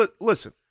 Listen